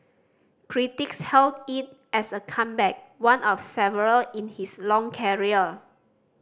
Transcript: critics hailed it as a comeback one of several in his long career